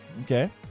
okay